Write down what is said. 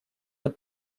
the